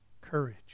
courage